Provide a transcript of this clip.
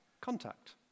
contact